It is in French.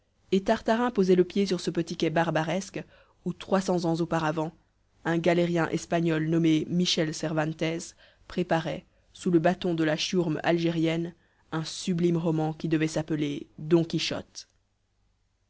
et tartarin posait le pied sur ce petit quai barbaresque où trois cents ans auparavant un galérien espagnol nommé michel cervantes préparait sous le bâton de la chiourme algérienne un sublime roman qui devait s'appeler don quichotte